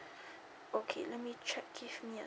okay let me check give me a